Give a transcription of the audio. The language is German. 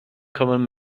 kommen